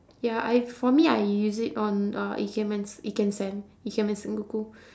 ya I for me I use it on uh ikemens ikensen ikemen sengoku